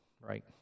right